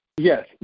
Yes